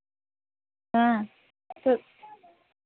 हाँ तो